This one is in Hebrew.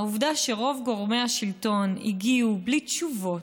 העובדה שרוב גורמי השלטון הגיעו בלי תשובות,